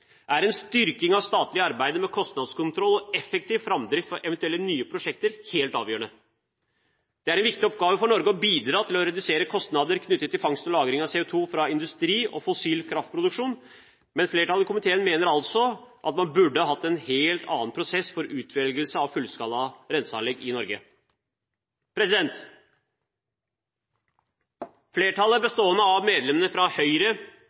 er en styrking av statlig arbeid med kostnadskontroll og effektiv framdrift for eventuelle nye prosjekter helt avgjørende. Det er en viktig oppgave for Norge å bidra til å redusere kostnader knyttet til fangst og lagring av CO2 fra industri og fossil kraftproduksjon, men flertallet i komiteen mener man burde hatt en helt annen prosess for utvelgelse av fullskala renseanlegg i Norge. Flertallet, bestående av medlemmene fra Høyre,